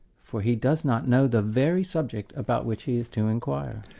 for he does not know the very subject about which he is to enquire.